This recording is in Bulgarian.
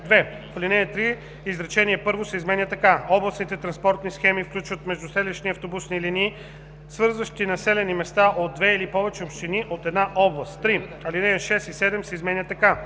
2. В ал. 3 изречение първо се изменя така: „Областните транспортни схеми включват междуселищни автобусни линии, свързващи населени места от две или повече общини от една област.“ 3. Алинеи 6 и 7 се изменят така: